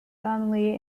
family